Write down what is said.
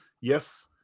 Yes